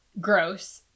Gross